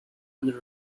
and